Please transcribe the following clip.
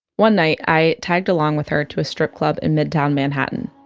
one night, i tagged along with her to a strip club in midtown manhattan